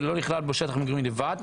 ולא נכלל בו שטח מגורים בלבד,